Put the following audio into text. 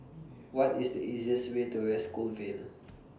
What IS The easiest Way to West Coast Vale